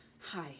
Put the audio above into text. hi